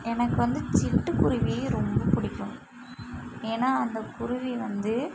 எனக்கு வந்து சிட்டுக்குருவி ரொம்ப பிடிக்கும் ஏன்னா அந்த குருவி வந்து